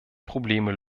probleme